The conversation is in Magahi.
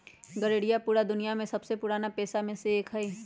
गरेड़िया पूरा दुनिया के सबसे पुराना पेशा में से एक हई